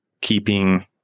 keeping